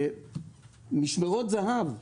משמרות זה"ב,